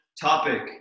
topic